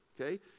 okay